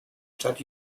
stadt